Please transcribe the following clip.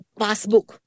passbook